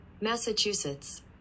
Massachusetts